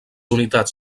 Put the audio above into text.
unitats